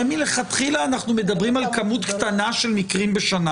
הרי מלכתחילה אנחנו מדברים על כמות קטנה של מקרים בשנה